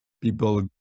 people